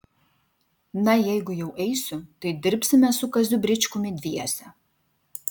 na jeigu jau eisiu tai dirbsime su kaziu bričkumi dviese